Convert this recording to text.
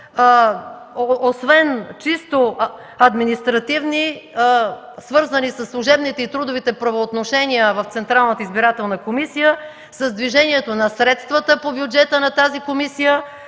освен чисто административни, свързани със служебните и трудовите правоотношения в Централната избирателна комисия, с движението на средствата по бюджета на тази комисия,